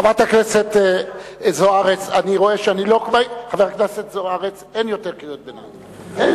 חברת הכנסת זוארץ, אין יותר קריאות ביניים, אין